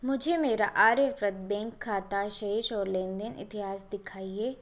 मुझे मेरा आर्यव्रत बैंक खाता शेष और लेन देन इतिहास दिखाइए